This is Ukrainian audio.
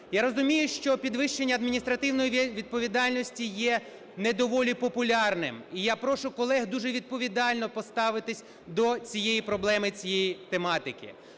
Я розумію, що підвищення адміністративної відповідальності є не доволі популярним. І я прошу колег дуже відповідально поставитись до цієї проблеми, цієї тематики.